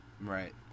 Right